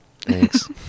thanks